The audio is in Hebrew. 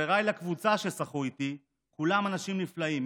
חבריי לקבוצה ששחו איתי כולם אנשים נפלאים,